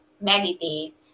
meditate